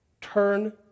turn